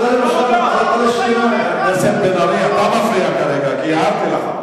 חבר הכנסת בן-ארי, אתה מפריע כרגע, כי הערתי לך.